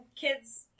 kids